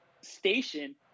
station